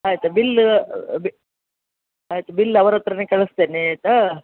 ಆಯ್ತಾ ಬಿಲ್ಲೂ ಬಿ ಆಯಿತು ಬಿಲ್ ಅವ್ರ ಹತ್ರವೇ ಕಳಿಸ್ತೇನೆ ಆಯಿತಾ